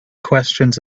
questions